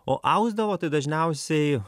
o ausdavo tai dažniausiai